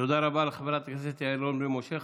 תודה רבה לחברת הכנסת יעל רון בן משה.